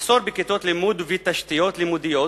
מחסור בכיתות לימוד ובתשתיות לימודיות,